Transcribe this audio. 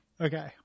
Okay